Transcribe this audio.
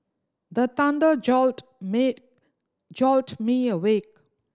the thunder jolt mid jolt me awake